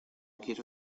quiero